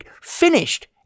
finished